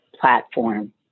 platform